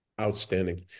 Outstanding